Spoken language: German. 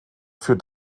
für